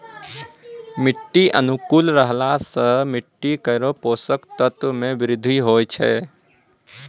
मिट्टी अनुकूल रहला सँ मिट्टी केरो पोसक तत्व म वृद्धि होय छै